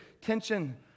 tension